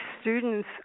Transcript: students